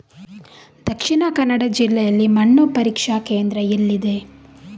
ದಕ್ಷಿಣ ಕನ್ನಡ ಜಿಲ್ಲೆಯಲ್ಲಿ ಮಣ್ಣು ಪರೀಕ್ಷಾ ಕೇಂದ್ರ ಎಲ್ಲಿದೆ?